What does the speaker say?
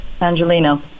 Angelino